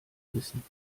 wissen